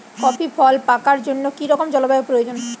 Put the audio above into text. Coffee ফল পাকার জন্য কী রকম জলবায়ু প্রয়োজন?